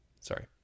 Sorry